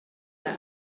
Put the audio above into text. and